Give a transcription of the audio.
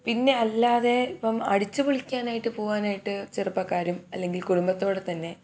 പിന്നെ അല്ലാതെ ഇപ്പം അടിച്ച് പൊളിക്കാനായിട്ട് പോകാനായിട്ട് ചെറുപ്പക്കാരും അല്ലെങ്കിൽ കുടുംബത്തോടെ തന്നെ